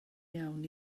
iawn